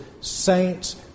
saints